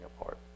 apart